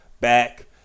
back